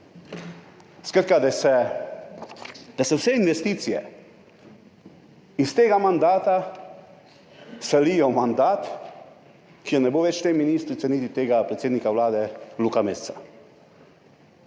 skratka, da se vse investicije iz tega mandata selijo v mandat, kjer ne bo več te ministrice niti tega predsednika Vlade Luka Mesca.